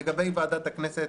לגבי ועדת הכנסת,